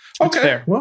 Okay